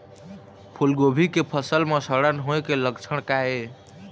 फूलगोभी के फसल म सड़न होय के लक्षण का ये?